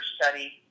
study